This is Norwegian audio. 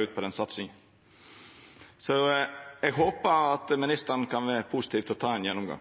ut den satsinga vidare. Eg håpar at statsråden kan vera positiv til å ta ein